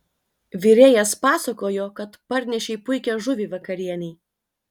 virėjas pasakojo kad parnešei puikią žuvį vakarienei